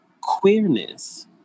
queerness